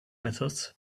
methods